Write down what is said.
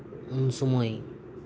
ᱩᱱ ᱥᱚᱢᱚᱭ